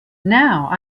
now